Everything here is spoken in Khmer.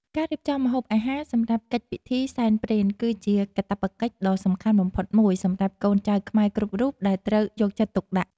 ការរៀបចំម្ហូបអាហារសម្រាប់កិច្ចពិធីសែនព្រេន គឺជាកាតព្វកិច្ចដ៏សំខាន់បំផុតមួយសម្រាប់កូនចៅខ្មែរគ្រប់រូបដែលត្រូវយកចិត្តទុកដាក់។